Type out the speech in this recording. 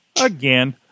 again